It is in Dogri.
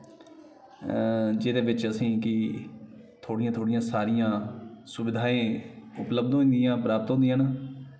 जेह्दे बिच असें गी थोह्ड़ियां थोह्ड़ियां सारियां सुविधाएं उपलब्ध होई दियां प्राप्त होंदियां न